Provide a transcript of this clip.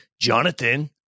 Jonathan